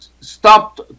stopped